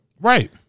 right